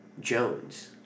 Jones